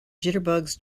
jitterbugs